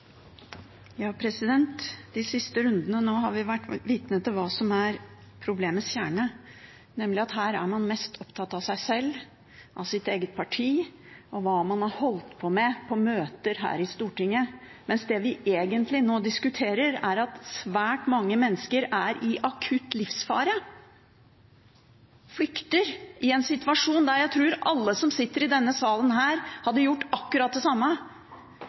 De siste rundene nå har vi vært vitne til hva som er problemets kjerne, nemlig at her er man mest opptatt av seg selv, sitt eget parti og hva man har holdt på med på møter her i Stortinget, mens det vi egentlig nå diskuterer, er at svært mange mennesker er i akutt livsfare og flykter – i en situasjon der jeg tror alle som sitter i denne salen, hadde gjort akkurat det samme